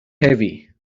heavy